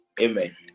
Amen